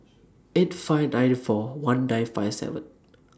eight five ninety four one nine five seven